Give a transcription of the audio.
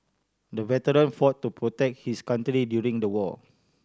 the veteran fought to protect his country during the war